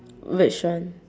which one